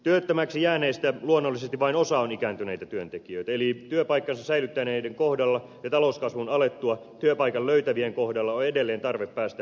työttömäksi jääneistä luonnollisesti vain osa on ikääntyneitä työntekijöitä eli työpaikkansa säilyttäneiden kohdalla ja talouskasvun alettua työpaikan löytävien kohdalla on edelleen tarve päästä pidempiin työuriin